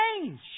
change